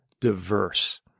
diverse